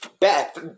Beth